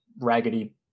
raggedy